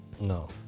No